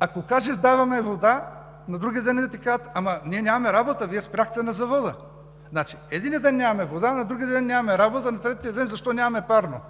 Ако кажеш: даваме вода, на другия ден идват и казват: ама ние нямаме работа, Вие спряхте водата на завода. Единия ден – нямаме вода, на другия ден – нямаме работа, на третия ден – защо нямаме парно?